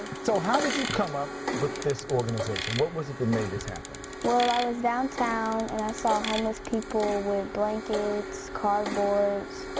so how did you come up with this organization? what was it that made this happen? well, i was downtown and i saw homeless people with blankets, card boards,